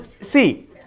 See